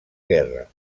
guerra